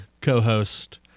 co-host